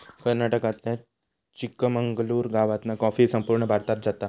कर्नाटकातल्या चिकमंगलूर गावातना कॉफी संपूर्ण भारतात जाता